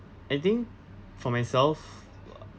I think for myself